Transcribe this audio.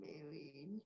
married